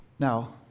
Now